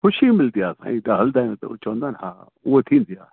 ख़ुशी मिलंदी आहे साईं त हलंदा आहिनि साईं चवंदा आहिनि उहो थींदी आहे